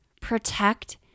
protect